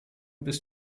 bis